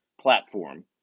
platform